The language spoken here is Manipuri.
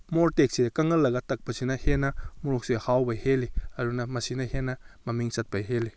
ꯃꯣꯔꯣꯛ ꯑꯇꯦꯛꯄꯁꯦ ꯀꯪꯍꯜꯂꯒ ꯇꯛꯄꯁꯤꯅ ꯍꯦꯟꯅ ꯃꯣꯔꯣꯛꯁꯦ ꯍꯥꯎꯕ ꯍꯦꯜꯂꯤ ꯑꯗꯨꯅ ꯃꯁꯤꯅ ꯍꯦꯟꯅ ꯃꯃꯤꯡ ꯆꯠꯄ ꯍꯦꯜꯂꯤ